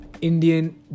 Indian